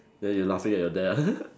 then you laughing at your dad